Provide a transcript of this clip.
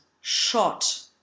shot